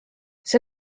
see